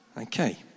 Okay